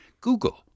Google